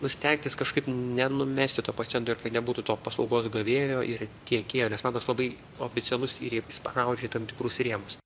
nu stengtis kažkaip nenumesti to paciento ir kad nebūtų to paslaugos gavėjo ir tiekėjo nes man tas labai oficialus ir įsrpaudžia į tam tikrus rėmus